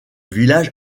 village